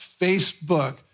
Facebook